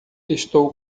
estou